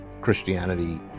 Christianity